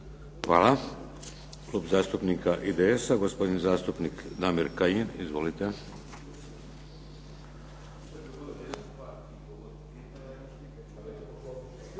Hvala. Klub zastupnika IDS-a, gospodin zastupnik Damir Kajin. Izvolite.